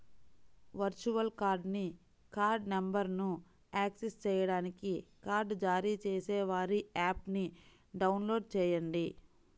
virtual కార్డ్ని card నంబర్ను access చేయడానికి కార్డ్ జారీ చేసేవారి యాప్ని డౌన్లోడ్ చేయండి